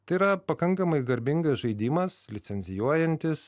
tai yra pakankamai garbingas žaidimas licencijuojantis